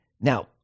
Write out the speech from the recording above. Now